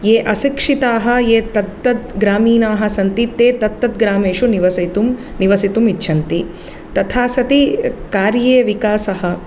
ये अशिक्षिताः ये तत्तद्ग्रामीणाः सन्ति ते तत्तद्ग्रामेषु निवसयितुं निवसितुम् इच्छन्ति तथा सति कार्ये विकासः